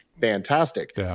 fantastic